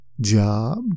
job